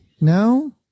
No